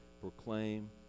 proclaim